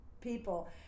people